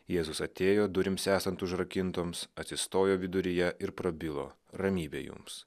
jėzus atėjo durims esant užrakintoms atsistojo viduryje ir prabilo ramybė jums